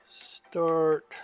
Start